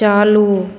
चालू